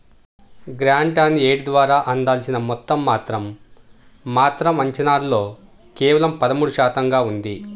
grant on aid ద్వారా అందాల్సిన మొత్తం మాత్రం మాత్రం అంచనాల్లో కేవలం పదమూడు శాతంగా ఉంది